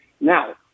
Now